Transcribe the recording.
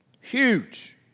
Huge